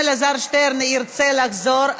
אם אלעזר שטרן ירצה לחזור,